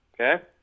Okay